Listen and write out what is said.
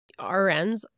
RNs